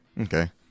okay